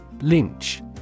Lynch